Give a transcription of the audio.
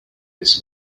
this